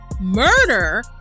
murder